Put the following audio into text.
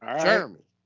Jeremy